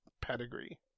pedigree